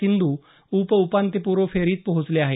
सिंधू उपउपांत्यपूर्व फेरीत पोहोचले आहेत